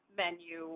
menu